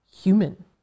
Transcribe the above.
human